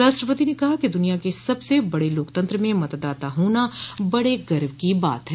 राष्ट्रपति ने कहा कि दुनिया के सबसे बड़े लोकतंत्र में मतदाता होना बड़े गर्व की बात है